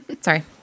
Sorry